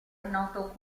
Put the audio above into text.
noto